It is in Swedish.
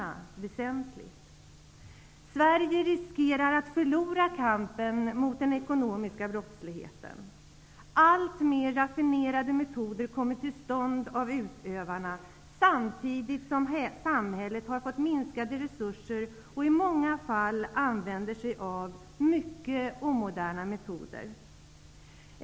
Sverige riskerar att förlora kampen mot den ekonomiska brottsligheten. Alltmer raffinerade metoder kommer till stånd från utövarnas sida, samtidigt som samhället fått minskade resurser och i många fall använder sig av mycket omoderna metoder.